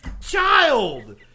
child